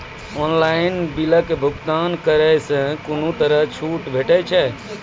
Online बिलक भुगतान केलासॅ कुनू तरहक छूट भेटै छै?